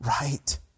right